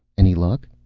any luck?